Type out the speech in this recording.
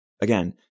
again